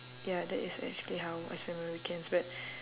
ya that is actually how I spend my weekends but